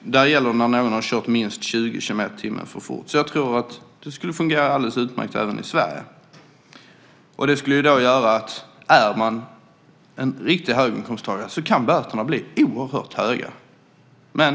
Där gäller det när någon har kört mer än 20 kilometer i timmen för fort. Jag tror att det skulle fungera alldeles utmärkt även i Sverige. Det skulle göra att böterna kan bli oerhört höga om man är en riktig höginkomsttagare.